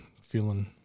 feeling